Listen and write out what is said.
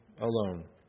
alone